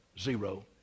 zero